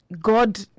God